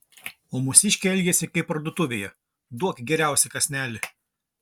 o mūsiškiai elgiasi kaip parduotuvėje duok geriausią kąsnelį